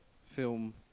film